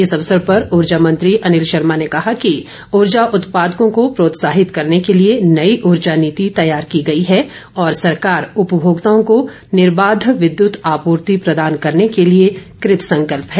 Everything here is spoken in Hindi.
इस अवसर पर ऊर्जा मंत्री अनिल शर्मा ने कहा कि ऊर्जा उत्पादकों को प्रोत्साहित करने के लिए नई ऊर्जा नीति तैयार की गई है और सरकार उपभोक्ताओं को निर्बाघ विद्युत आपूर्ति प्रदान करने के लिए कृत संकल्प है